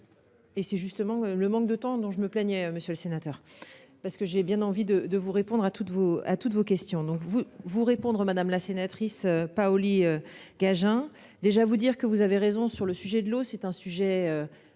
Et c'est justement le manque de temps, donc je me plaignais monsieur le sénateur, parce que j'ai bien envie de de vous répondre à toutes vos à toutes vos questions. Donc vous vous répondre madame la sénatrice Paoli. Agen. Déjà vous dire que vous avez raison sur le sujet de l'eau c'est un sujet